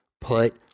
put